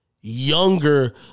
younger